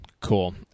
Cool